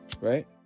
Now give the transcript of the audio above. Right